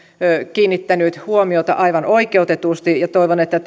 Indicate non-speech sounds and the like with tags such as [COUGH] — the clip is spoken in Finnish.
kiinnittänyt huomiota aivan oikeutetusti ja toivon että [UNINTELLIGIBLE]